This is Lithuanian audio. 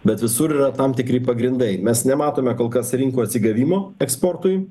bet visur yra tam tikri pagrindai mes nematome kol kas rinkų atsigavimo eksportui